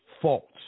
fault